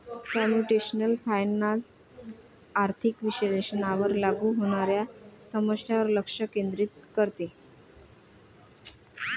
computational finance आर्थिक विश्लेषणावर लागू होणाऱ्या समस्यांवर लक्ष केंद्रित करते